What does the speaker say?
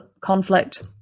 conflict